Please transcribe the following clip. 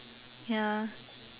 ya